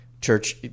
Church